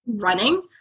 running